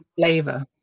flavor